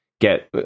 get